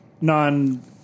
non